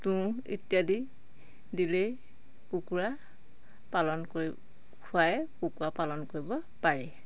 তুঁহ ইত্যাদি দিলেই কুকুৰা পালন কৰি খুৱাই কুকুৰা পালন কৰিব পাৰি